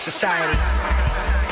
society